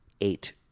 eight